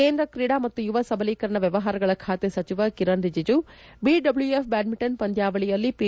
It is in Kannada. ಕೇಂದ್ರ ಕ್ರೀಡೆ ಮತ್ತು ಯುವ ಸಬಲೀಕರಣ ವ್ಯವಹಾರಗಳ ಖಾತೆ ಸಚಿವ ಕಿರಣ್ ರಿಜಿಜು ಬಿಡಬ್ಲೂಎಫ್ ಬ್ಯಾಡಿಂಟನ್ ಪಂದ್ಯಾವಳಿಯಲ್ಲಿ ಪಿ